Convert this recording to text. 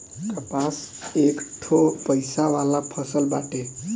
कपास एकठो पइसा वाला फसल बाटे